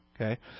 Okay